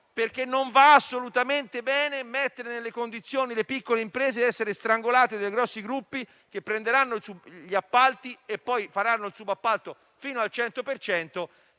perché non va assolutamente bene mettere le piccole imprese nelle condizioni di essere strangolate dai grossi gruppi, che prenderanno gli appalti e poi faranno il subappalto fino al 100